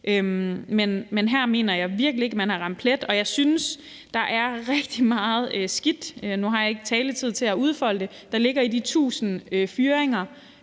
Men her mener jeg virkelig ikke at man har ramt plet. Jeg synes, der ligger rigtig meget skidt – nu har jeg ikke taletid til at udfolde det – i de 1.000 fyringer,